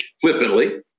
flippantly